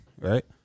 right